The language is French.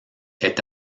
est